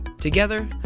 Together